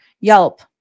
Yelp